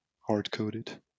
hard-coded